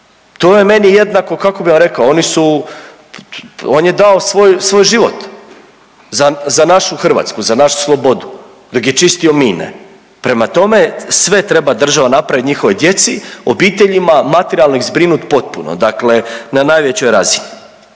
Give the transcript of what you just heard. to je meni jednako, kako bi vam rekao, oni su, on je dao svoj, svoj život za, za našu Hrvatsku, za našu slobodu dok je čistio mine. Prema tome, sve treba država napravit njihovoj djeci, obiteljima, materijalno ih zbrinut potpuno, dakle na najvećoj razini,